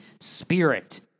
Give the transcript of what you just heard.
Spirit